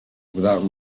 without